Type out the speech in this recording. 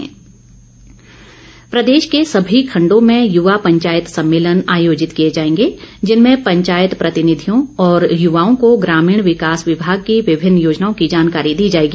पंचायत सम्मेलन प्रदेश के सभी खंडों में युवा पंचायत सम्मेलन आयोजित किए जाएंगे जिनमें पंचायत प्रतिनिधियों व युवाओं को ग्रामीण विकास विभाग की विभिन्न योजनाओं की जानकारी दी जाएगी